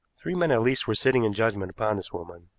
three men at least were sitting in judgment upon this woman,